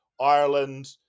ireland